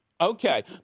Okay